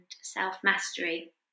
self-mastery